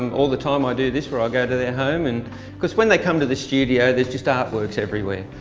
um all the time i do this where i'll go to their home and cause when they come to the studio there's just art works everywhere,